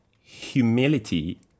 humility